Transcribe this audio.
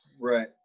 Right